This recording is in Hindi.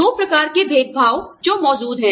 दो प्रकार के भेदभाव जो मौजूद हैं